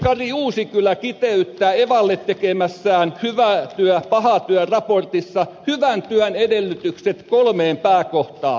professori kari uusikylä kiteyttää evalle tekemässään hyvä työ paha työ raportissa hyvän työn edellytykset kolmeen pääkohtaan